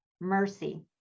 mercy